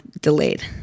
delayed